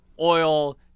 oil